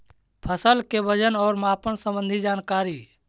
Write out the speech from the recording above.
फसल के वजन और मापन संबंधी जनकारी?